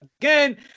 again